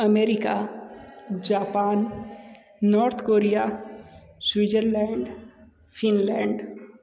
America Japan North Korea Switzerland Finland